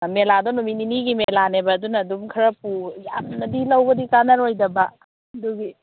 ꯃꯦꯂꯥꯗꯣ ꯅꯨꯃꯤꯠ ꯅꯤꯅꯤꯒꯤ ꯃꯦꯂꯥꯅꯦꯕ ꯑꯗꯨꯅ ꯑꯗꯨꯝ ꯈꯔ ꯄꯨ ꯌꯥꯝꯅꯗꯤ ꯂꯧꯕꯗꯤ ꯀꯥꯅꯔꯣꯏꯗꯕ ꯑꯗꯨꯒꯤ